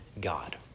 God